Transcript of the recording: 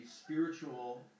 spiritual